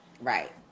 right